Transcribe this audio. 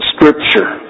Scripture